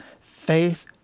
faith